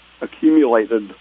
accumulated